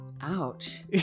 ouch